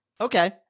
Okay